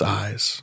eyes